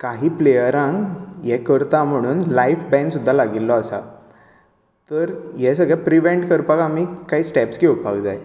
कांय प्लेयरांक हें करता म्हणुन लायफ बॅन सुद्दां लागील्ली आसा तर हे सगळें प्रिव्हेंट करपाक आमी काय स्टेप्स घेवपाक जाय